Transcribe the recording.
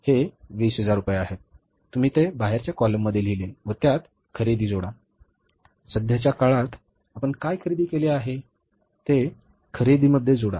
हे 20000 रुपये आहेत तुम्ही ते बाहेरच्या कॉलम मध्ये लिहिले व त्यात खरेदी जोडा सध्याच्या काळात आपण काय खरेदी केले आहे ते खरेदीमध्ये जोडा